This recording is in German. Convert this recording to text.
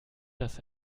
dass